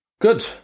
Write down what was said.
good